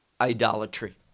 idolatry